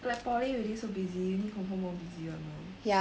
like poly already so busy uni confirm more busy [one] lor